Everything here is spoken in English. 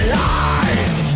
lies